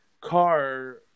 car